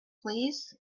please